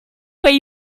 where